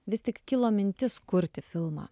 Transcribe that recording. vis tik kilo mintis kurti filmą